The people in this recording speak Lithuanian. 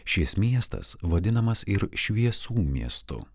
šis miestas vadinamas ir šviesų miestu